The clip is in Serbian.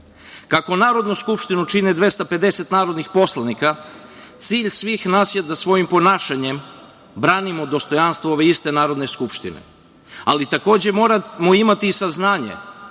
Narodnu skupštinu čini 250 narodnih poslanika, cilj svih nas je da svojim ponašanjem branimo dostojanstvo ove iste Narodne skupštine. Takođe, moramo imati saznanje